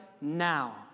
Now